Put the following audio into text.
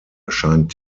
erscheint